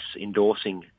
endorsing